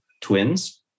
twins